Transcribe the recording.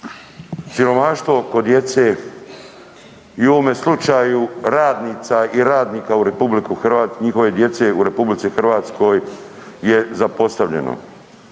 Siromaštvo kod djece i u ovome slučaju radnica i radnika u RH, njihove djece u RH je zapostavljeno.